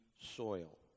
soil